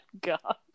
god